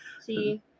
See